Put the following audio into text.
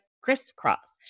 crisscross